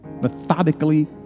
methodically